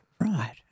Right